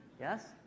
Yes